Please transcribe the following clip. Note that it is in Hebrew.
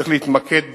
צריך להתמקד בדברים,